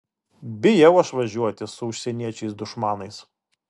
bijau aš važiuoti su užsieniečiais dušmanais